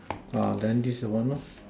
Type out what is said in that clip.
ah then this the one lor